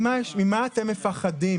ממה אתם מפחדים?